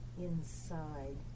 inside